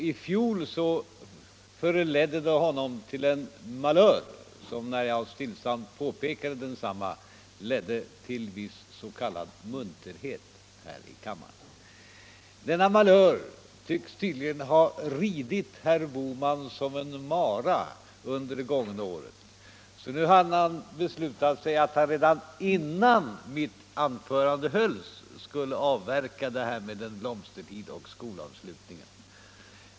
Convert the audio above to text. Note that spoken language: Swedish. I fjol förledde det honom till en malör, som när jag stillsamt påpekade densamma ledde till viss munterhet här i kammaren. Denna malör tycks ha ridit herr Bohman som en mara under det gångna året, ty nu hade han beslutat sig för att redan innan mitt anförande hölls avverka sina anmärkningar om blomstertid och skolavslutning.